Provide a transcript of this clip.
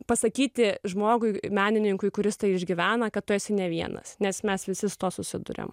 pasakyti žmogui menininkui kuris tai išgyvena kad tu esi ne vienas nes mes visi su tuo susiduriam